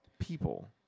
People